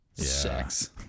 sex